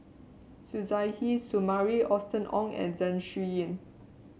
Suzairhe Sumari Austen Ong and Zeng Shouyin